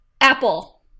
apple